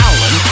Alan